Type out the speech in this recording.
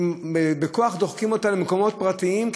בכוח דוחקים אותה למקומות פרטיים,